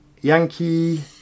Yankee